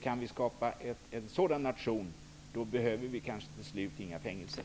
Kan vi skapa en nation med sådana, behöver vi kanske till slut inga fängelser.